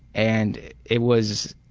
and it was,